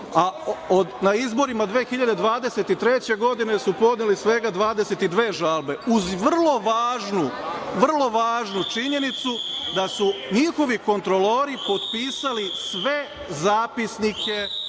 na izborima 2023. godine su podneli svega 22 žalbe uz vrlo važnu, vrlo važnu činjenicu da su njihovi kontrolori potpisali sve zapisnike